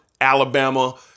Alabama